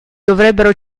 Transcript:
dovrebbero